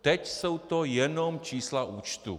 Teď jsou to jenom čísla účtů.